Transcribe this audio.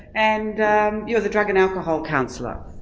and you're the drug and alcohol counsellor.